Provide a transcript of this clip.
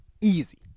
Easy